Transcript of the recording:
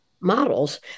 models